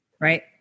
Right